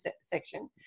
section